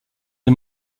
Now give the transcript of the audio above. des